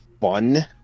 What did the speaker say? fun